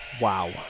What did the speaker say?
Wow